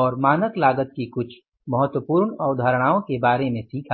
और मानक लागत की कुछ महत्वपूर्ण अवधारणाओं के बारे में सीखा